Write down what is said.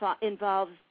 involves